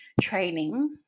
training